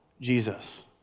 Jesus